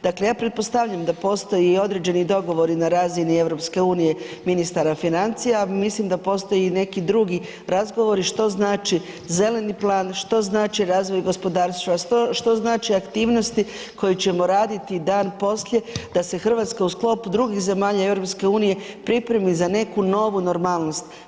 Dakle, ja pretpostavljam da postoji i određeni dogovori na razini EU ministara financija, mislim da postoje i neki drugi razgovori, što znači Zeleni plan, što znači razvoj gospodarstva, što znači aktivnosti koje ćemo raditi dan poslije, da se Hrvatska u sklopu drugih zemalja EU pripremi za neku novu normalnost.